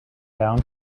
down